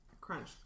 Crunch